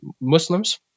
Muslims